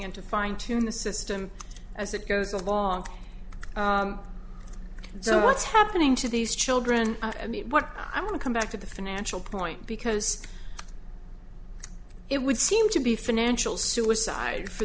into fine tune the system as it goes along so what's happening to these children i mean what i want to come back to the financial point because it would seem to be financial suicide for